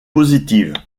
positives